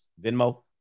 Venmo